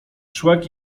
człek